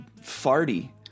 farty